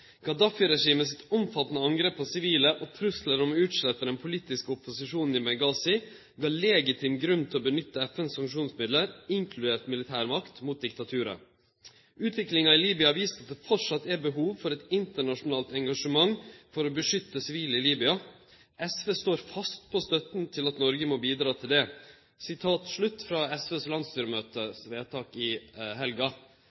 sitt omfattande angrep på sivile og truslar om å utslette den politiske opposisjonen i Benghazi gav legitim grunn til å nytte FNs sanksjonsmiddel, inkludert militærmakt, mot diktaturet. Utviklinga i Libya har vist at det framleis er behov for eit internasjonalt engasjement for å beskytte sivile i Libya. SV står fast på støtta til at Noreg må bidra til det, etter vedtak på SVs